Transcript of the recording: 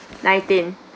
nineteen